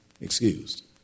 excused